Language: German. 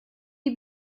die